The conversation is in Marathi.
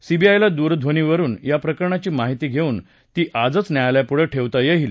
सीबीआयला दूरध्वनीवरुन या प्रकरणाची माहिती घेऊन ती आजच न्यायालयापुढं ठेवता येईल